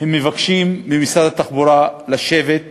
הם מבקשים ממשרד התחבורה לשבת,